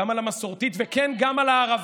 גם על המסורתית, וכן, גם על הערבית.